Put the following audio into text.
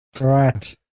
Right